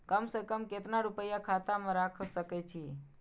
कम से कम केतना रूपया खाता में राइख सके छी?